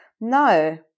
No